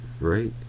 right